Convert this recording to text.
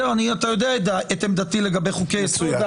אתה יודע את עמדתי לגבי חוקי יסוד.